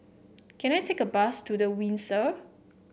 can I take a bus to The Windsor